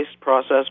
process